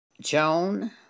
Joan